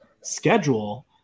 schedule